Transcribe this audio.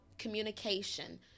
communication